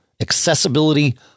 accessibility